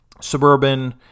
suburban